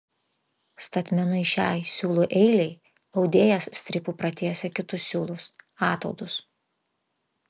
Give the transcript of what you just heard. statmenai šiai siūlų eilei audėjas strypu pratiesia kitus siūlus ataudus